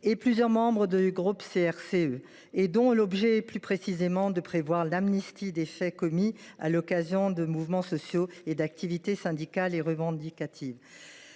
et plusieurs membres du groupe CRCE K, dont l’objet est de prévoir l’amnistie de faits commis à l’occasion de mouvements sociaux et d’activités syndicales et revendicatives.